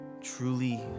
truly